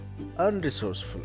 unresourceful